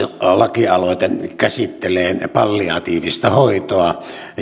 lakialoite käsittelee palliatiivista hoitoa